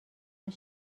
فقط